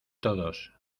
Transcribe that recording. todos